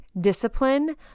discipline